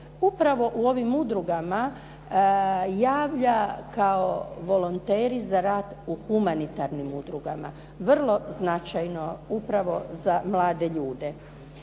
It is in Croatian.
upravo u ovim udrugama javlja kao volonteri za rad u humanitarnim udrugama. Vrlo značajno upravo za mlade ljude.